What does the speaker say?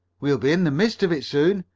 we'll be in the midst of it soon.